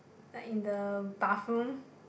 like in the bathroom